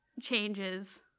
changes